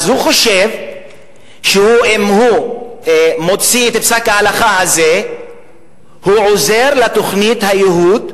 אז הוא חושב שאם הוא מוציא את פסק ההלכה הזה הוא עוזר לתוכנית הייהוד,